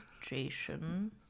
Jason